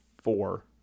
four